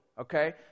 Okay